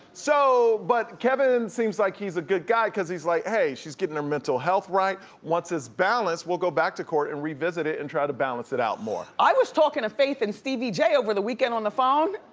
so but kevin seems like he's a good guy, cause he's like, hey, she's getting her mental health right. once it's balanced, we'll go back to court and revisit it and try to balance it out more. i was talking to faith and stevie j over the weekend on the phone,